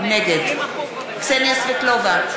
נגד קסניה סבטלובה,